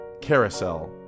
Carousel